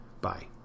Bye